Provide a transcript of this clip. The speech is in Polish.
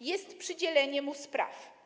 jest przydzielenie mu spraw.